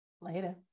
Later